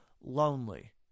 lonely